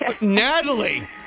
Natalie